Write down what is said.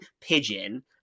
pigeon